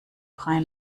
freien